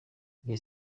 les